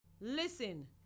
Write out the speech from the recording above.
Listen